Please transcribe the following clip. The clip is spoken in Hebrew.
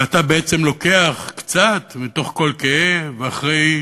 ואתה בעצם לוקח קצת מתוך כל כאב, ואחרי